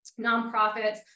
nonprofits